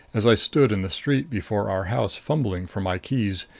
as i stood in the street before our house fumbling for my keys,